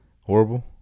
Horrible